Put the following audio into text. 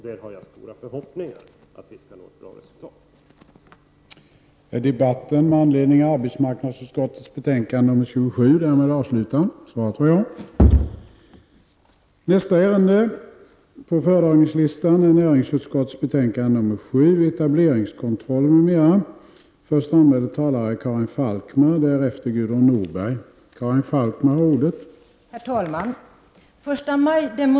Jag har stora förhoppningar om att vi tillsammans skall nå ett bra resultat på det området.